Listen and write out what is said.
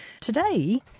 Today